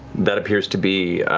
that appears to be,